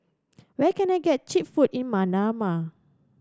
where can I get cheap food in Manama